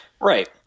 Right